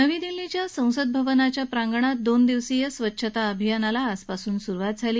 नवी दिल्लीत संसद भवनाच्या प्रांगणात दोन दिवसीय स्वच्छता अभियानाला आजपासून सुरुवात झाली